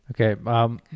Okay